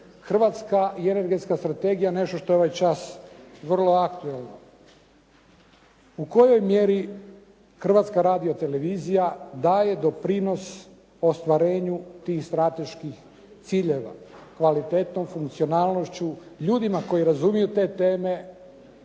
Hrvatska i energetska strategija nešto što je ovaj čas vrlo aktualno. U kojoj mjeri Hrvatska radiotelevizija daje doprinos ostvarenju tih strateških ciljeva, kvalitetom, funkcionalnošću, ljudima koji razumiju te teme